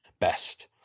best